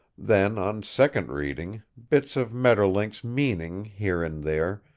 then, on second reading, bits of maeterlinck's meaning, here and there,